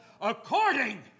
according